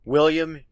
William